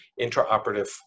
intraoperative